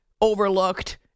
overlooked